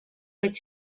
vaid